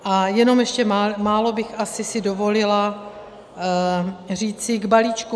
A jenom ještě málo bych asi si dovolila říci k balíčku.